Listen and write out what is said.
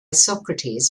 socrates